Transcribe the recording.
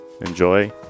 enjoy